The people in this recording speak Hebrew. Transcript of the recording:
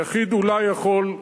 יחיד אולי יכול,